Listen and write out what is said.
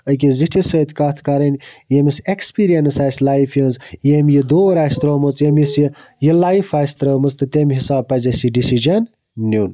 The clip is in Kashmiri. أکِس زِٹھِس سۭتۍ کتھ کَرٕنۍ ییٚمس ایٚکسپیٖریَنٕس آسہِ لایفہِ ہٕنٛز ییٚمۍ یہِ دور آسہِ ترٛوومٕژ ییٚمِس یہِ لایف آسہِ ترٛٲومٕژ تہٕ تمہِ حِساب پَزِ اَسہِ یہِ ڈیسِجَن نیُن